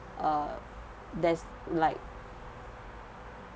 uh there's like